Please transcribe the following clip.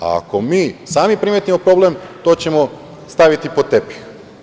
Ako mi sami primetimo problem, to ćemo staviti pod tepih.